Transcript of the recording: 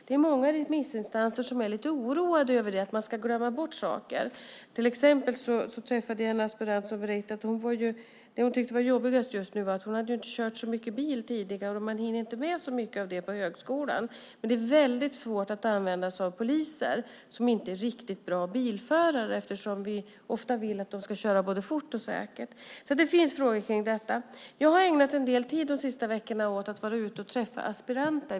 Det är många remissinstanser som är lite oroade över att man ska glömma bort saker. Jag träffade till exempel en aspirant som berättade att det hon tyckte var jobbigast just nu var att hon inte hade kört så mycket bil tidigare. Man hinner inte med så mycket av det på högskolan. Men det är svårt att använda sig av poliser som inte är riktigt bra bilförare eftersom vi ofta vill att de ska köra både fort och säkert. Det finns alltså frågor kring detta. Jag har ägnat en del tid de senaste veckorna åt att vara ute och träffa aspiranter.